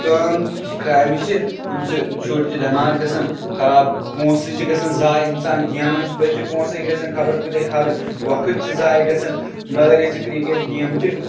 کٲم کامہِ چھِ یِم چھِ شُرۍ چھِ بیمار گژھان پونسہٕ چھِ گژھان زایہِ اِنسان گیمَن پٮ۪ٹھ چھِ پونسٕے گژھان خبر کۭتیاہ خَرٕچ وقت چھُ زایہِ گژھان مَگر یُس یہِ کِرکَٹ گیم چھِ